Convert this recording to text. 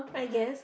I guess